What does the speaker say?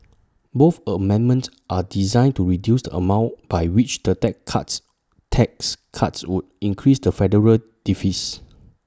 both amendments are designed to reduce the amount by which the deck cuts tax cuts would increase the federal deficit